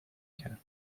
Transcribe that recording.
کرد